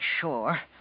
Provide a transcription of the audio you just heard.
sure